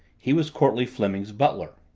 he was courtleigh fleming's butler.